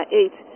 eight